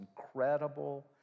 incredible